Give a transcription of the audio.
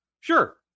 Sure